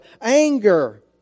anger